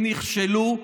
הם נכשלו,